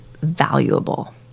valuable